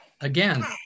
again